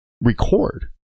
record